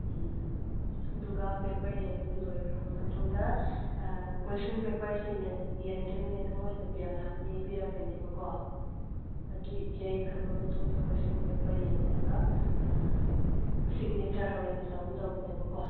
ꯎꯝ ꯑꯗꯨꯒ ꯄꯦꯄꯔ ꯌꯦꯟꯕ ꯂꯣꯏꯈ꯭ꯔꯕ ꯃꯇꯨꯡꯗ ꯀꯣꯏꯁꯟ ꯄꯦꯄꯔꯁꯦ ꯌꯦꯟꯗ꯭ꯔꯤꯉꯩꯗ ꯃꯣꯏꯅ ꯕꯦꯜ ꯍꯥꯟꯅ ꯌꯩꯕꯤꯔꯛꯀꯅꯦꯕꯀꯣ ꯑꯗꯨ ꯌꯩꯈ꯭ꯔꯕ ꯃꯇꯨꯡꯗ ꯀꯣꯏꯁꯟ ꯄꯦꯄꯔ ꯌꯦꯜꯂꯒ ꯁꯤꯛꯅꯦꯆꯔ ꯍꯣꯔꯦꯟ ꯇꯧꯒꯗꯧꯕꯅꯦꯕꯀꯣ